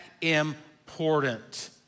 important